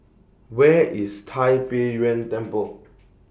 Where IS Tai Pei Yuen Temple